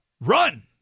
run